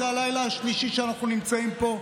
זה הלילה השלישי שאנחנו נמצאים פה,